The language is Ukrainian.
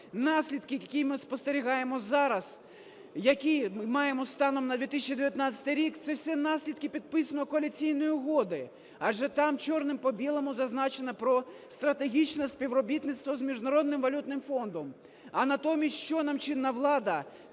наслідки, які ми спостерігаємо зараз, які маємо станом на 2019 рік, – це все наслідки підписаної Коаліційної угоди, адже там чорним по білому зазначено про стратегічне співробітництво з Міжнародним валютним фондом. А натомість, що нам чинна влада